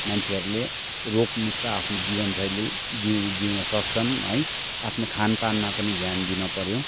मान्छेहरूले रोग मुक्त आफ्नो जीवन शैली जी जिउन सक्छन् है आफ्नो खान पानमा पनि ध्यान दिन पर्यो